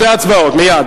הצעת חוק שכר מינימום